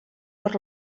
per